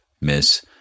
miss